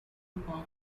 parked